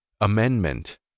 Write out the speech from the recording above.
Amendment